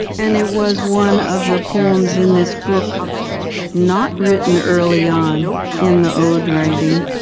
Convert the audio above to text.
and it was one of the poems in this book not written early on in the ode-writing.